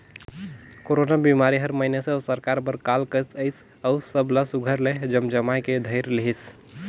corona बिमारी हर मइनसे अउ सरकार बर काल कस अइस अउ सब ला सुग्घर ले जमजमाए के धइर लेहिस